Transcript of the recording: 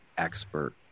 expert